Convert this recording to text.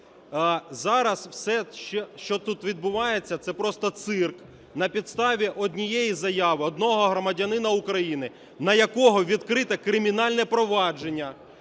Зараз все, що тут відбувається, це просто цирк: на підставі однієї заяви, одного громадянина України, на якого відкрито кримінальне провадження,